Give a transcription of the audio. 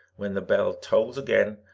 when the bell tolls again,